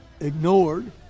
ignored